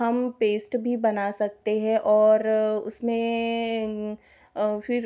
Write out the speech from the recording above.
हम पेस्ट भी बना सकते है और उसमें फिर